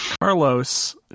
Carlos